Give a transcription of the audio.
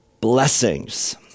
blessings